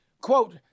Quote